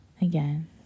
again